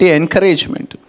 encouragement